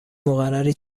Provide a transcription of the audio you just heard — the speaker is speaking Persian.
مقرری